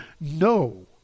no